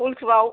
हलथुआव